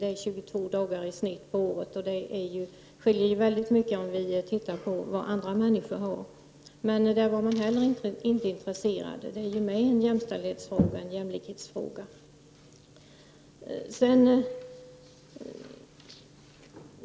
Den är i genomsnitt 22 dagar per år, vilket skiljer sig mycket från vad andra människor har. Men inte heller i fråga om detta var socialdemokraterna intresserade. Men detta är ju också en jämställdhetsoch jämlikhetsfråga.